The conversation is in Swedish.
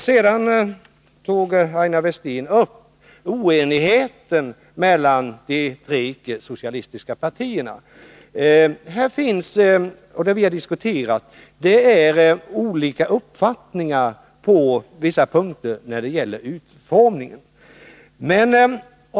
Sedan tog Aina Westin upp oenigheten mellan de tre icke-socialistiska partierna. Det finns — och det är det vi diskuterar — olika uppfattningar på vissa punkter när det gäller utformningen av familjepolitiken.